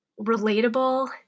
relatable